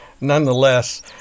nonetheless